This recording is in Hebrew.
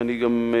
אני גם,